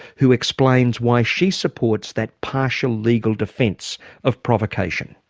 who explains why she supports that partial legal defence of provocation.